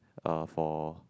uh for